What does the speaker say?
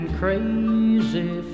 crazy